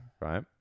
right